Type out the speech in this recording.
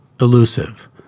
elusive